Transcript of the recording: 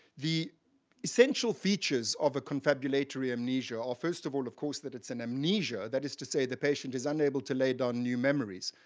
the essential features of a confabulatory amnesia are first of all, of course, that it's an amnesia. that is to say the patient is unable to lay down new memories.